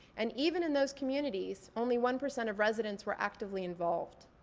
and even in those communities, only one percent of residents were actively involved.